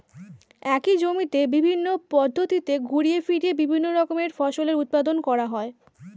একই জমিতে বিভিন্ন পদ্ধতিতে ঘুরিয়ে ফিরিয়ে বিভিন্ন রকমের ফসলের উৎপাদন করা হয়